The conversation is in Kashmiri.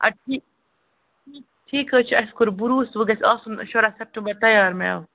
اَدٕ ٹھیٖک ٹھیٖک حظ چھِ اَسہِ کوٚر بروسہٕ وٕ گژھِ آسُن شُراہ سیٚپٹمبَر تیار میٚوٕ